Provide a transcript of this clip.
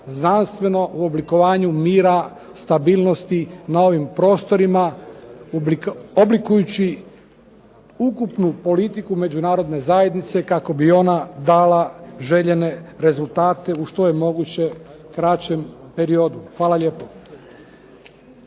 znanstveno u oblikovanju mira, stabilnosti na ovim prostorima oblikujući ukupnu politiku Međunarodne zajednice kako bi ona dala željene rezultate u što je moguće kraćem periodu. Hvala lijepo.